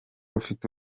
ufite